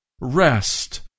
rest